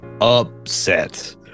upset